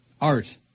art